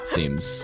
Seems